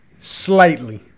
Slightly